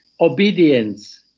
Obedience